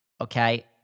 okay